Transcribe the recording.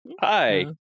Hi